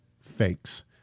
fakes